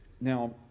Now